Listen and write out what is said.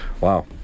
Wow